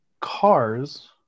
cars –